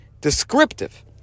descriptive